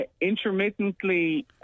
Intermittently